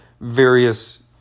various